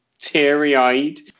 teary-eyed